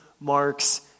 Mark's